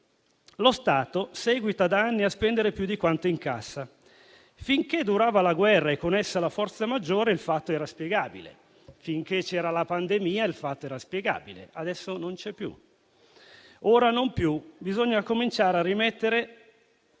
"lo Stato seguita da anni a spendere più di quanto incassa. Finché durava la guerra e con essa la forza maggiore, il fatto era spiegabile". Finché c'era la pandemia, il fatto era spiegabile. Continua Einaudi: "adesso non c'è più. Ora non più. Bisogna cominciare a rimettere